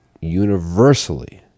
universally